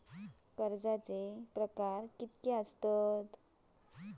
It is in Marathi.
कर्जाचे प्रकार कीती असतत?